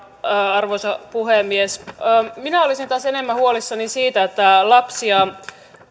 arvoisa puhemies minä olisin taas enemmän huolissani siitä että lapsia